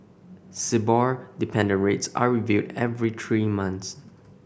Sibor dependent rates are reviewed every three months